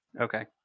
Okay